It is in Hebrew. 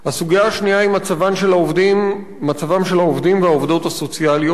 הסוגיה השנייה היא מצבם של העובדים הסוציאליים והעובדות הסוציאליות,